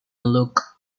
look